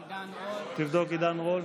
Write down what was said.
עידן רול,